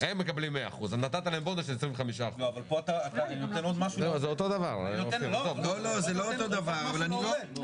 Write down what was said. אז נתת להם בונוס של 25%. (המשתתפים קוראים קריאות ביניים,